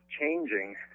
changing